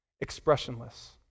expressionless